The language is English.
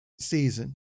season